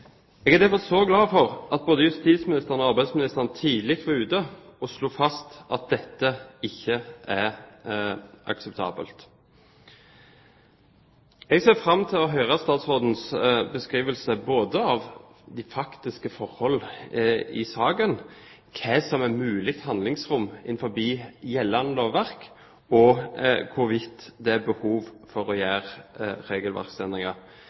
Jeg er derfor så glad for at både justisministeren og arbeidsministeren var tidlig ute og slo fast at dette ikke er akseptabelt. Jeg ser fram til å høre statsrådens beskrivelse både av de faktiske forhold i saken, hva som er mulig handlingsrom innenfor gjeldende lovverk, og hvorvidt det er behov for å gjøre regelverksendringer.